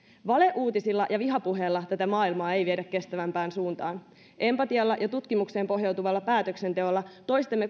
valeuutisilla ja vihapuheella tätä maailmaa ei viedä kestävämpään suuntaan empatialla ja tutkimukseen pohjautuvalla päätöksenteolla toistemme